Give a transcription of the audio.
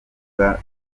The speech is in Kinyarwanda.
rwanda